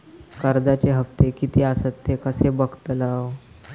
कर्जच्या हप्ते किती आसत ते कसे बगतलव?